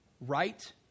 Right